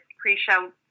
pre-show